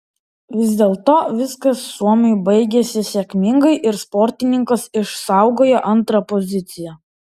vis dėlto viskas suomiui baigėsi sėkmingai ir sportininkas išsaugojo antrą poziciją